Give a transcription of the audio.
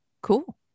cool